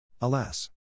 Alas